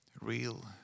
real